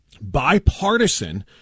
bipartisan